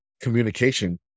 communication